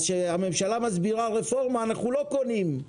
אז כשהממשלה מסדירה הרפורמה, אנחנו לא קונים.